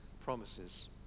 promises